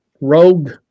rogue